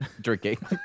drinking